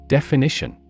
Definition